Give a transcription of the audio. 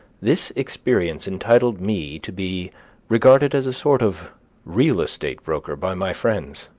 this experience entitled me to be regarded as a sort of real-estate broker by my friends.